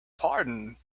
pardon